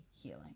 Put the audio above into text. healing